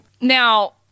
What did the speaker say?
now